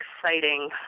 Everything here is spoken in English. exciting